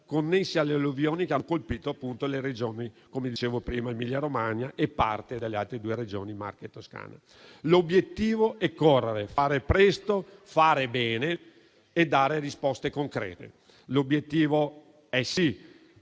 connessi alle alluvioni che hanno colpito la Regione Emilia-Romagna e parte delle Regioni Marche e Toscana. L'obiettivo è correre, fare presto, fare bene e dare risposte concrete. L'obiettivo è far